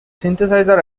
synthesizer